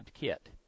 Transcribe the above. kit